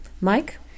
Mike